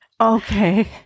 Okay